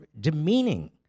demeaning